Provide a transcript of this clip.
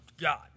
God